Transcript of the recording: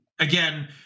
Again